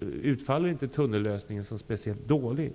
utfaller tunnellösningen inte som speciellt dålig.